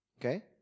okay